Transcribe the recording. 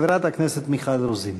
חברת הכנסת מיכל רוזין.